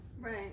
right